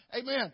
Amen